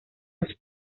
los